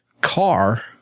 car